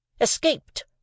Escaped